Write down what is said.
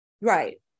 Right